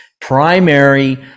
primary